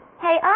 Hey